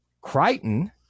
Crichton